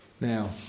Now